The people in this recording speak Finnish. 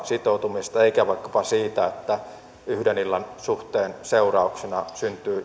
sitoutumisesta eikä vaikkapa siitä että yhden illan suhteen seurauksena syntyy